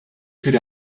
could